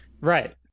right